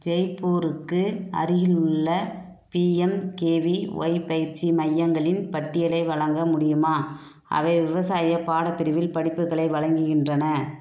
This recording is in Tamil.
ஜெய்ப்பூருக்கு அருகிலுள்ள பிஎம்கேவிஒய் பயிற்சி மையங்களின் பட்டியலை வழங்க முடியுமா அவை விவசாயப் பாடப் பிரிவில் படிப்புகளை வழங்குகின்றன